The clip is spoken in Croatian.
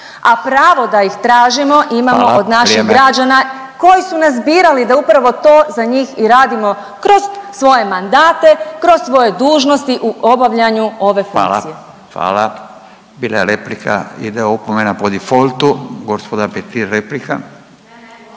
Hvala, vrijeme./… od naših građana koji su nas birali da upravo to za njih i radimo kroz svoje mandate, kroz svoje dužnosti u obavljanju ove funkcije. **Radin, Furio (Nezavisni)** Hvala, hvala, bila je replika, ide opomena po defaultu. Gospođa Petir, replika,